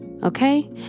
Okay